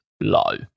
low